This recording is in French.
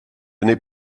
n’ai